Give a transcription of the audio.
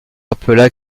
rappela